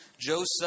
Joseph